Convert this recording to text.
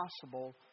possible